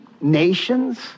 nations